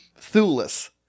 Thulis